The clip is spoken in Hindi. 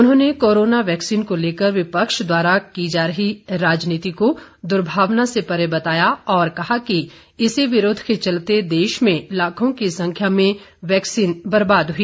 उन्होंने कोरोना वैक्सीन को लेकर विपक्ष द्वारा की जा रही राजनीति को दुर्भावना से परे बताया और कहा कि इसी विरोध के चलते देश में लाखों की संख्या में वैक्सीन बर्बाद हुई